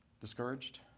discouraged